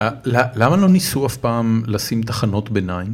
למה לא ניסו אף פעם לשים תחנות ביניים?